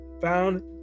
found